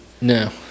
No